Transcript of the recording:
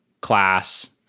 class